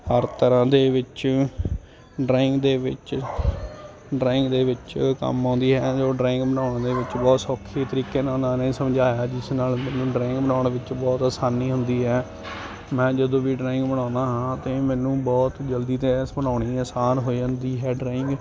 ਹਰ ਤਰ੍ਹਾਂ ਦੇ ਵਿੱਚ ਡਰਾਇੰਗ ਦੇ ਵਿੱਚ ਡਰਾਇੰਗ ਦੇ ਵਿੱਚ ਕੰਮ ਆਉਂਦੀ ਹੈ ਉਹ ਡਰਾਇੰਗ ਬਣਾਉਣ ਦੇ ਵਿੱਚ ਬਹੁਤ ਸੌਖੀ ਤਰੀਕੇ ਨਾਲ ਉਹਨਾਂ ਨੇ ਸਮਝਾਇਆ ਜਿਸ ਨਾਲ ਮੈਨੂੰ ਡਰਾਇੰਗ ਬਣਾਉਣ ਵਿੱਚ ਬਹੁਤ ਆਸਾਨੀ ਹੁੰਦੀ ਹੈ ਮੈਂ ਜਦੋਂ ਵੀ ਡਰਾਇੰਗ ਬਣਾਉਦਾ ਹਾਂ ਤੇ ਮੈਨੂੰ ਬਹੁਤ ਜਲਦੀ ਅਤੇ ਇਸ ਬਣਾਉਣੀ ਆਸਾਨ ਹੋ ਜਾਂਦੀ ਹੈ ਡਰਾਇੰਗ